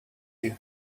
you